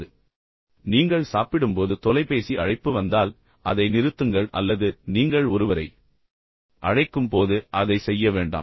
நீங்கள் சாப்பிடும்போது அல்லது நீங்கள் எதையாவது மெல்லும்போது அல்லது கொறித்துக் கொண்டிருக்கும்போது தொலைபேசி அழைப்பு வந்தால் அதை நிறுத்துங்கள் அல்லது நீங்கள் ஒருவரை அழைக்கும் போது அதை செய்ய வேண்டாம்